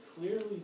clearly